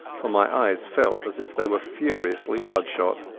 for my eyes felt as if they were furiously bloodshot.